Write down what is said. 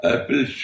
Apple